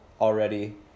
already